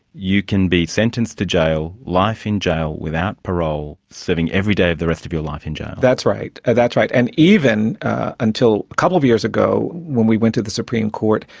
you can be sentenced to jail, life in jail without parole, serving every day of the rest of your life in jail? that's right, and that's right, and even until a couple of years ago, when we went to the supreme court,